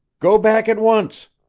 go back at once!